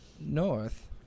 north